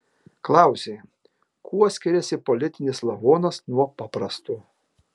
klausei kuo skiriasi politinis lavonas nuo paprasto